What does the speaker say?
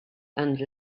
and